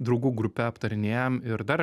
draugų grupe aptarinėjam ir dar